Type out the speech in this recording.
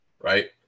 right